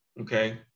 Okay